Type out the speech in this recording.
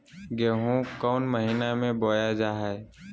गेहूँ कौन महीना में बोया जा हाय?